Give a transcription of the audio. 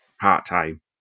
part-time